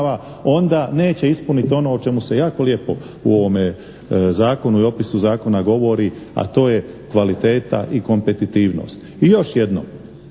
onda neće ispuniti ono o čemu se jako lijepo u ovome zakonu i opisu zakona govori, a to je kvaliteta i kompetitivnost. I još jednom,